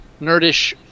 nerdish